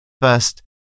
First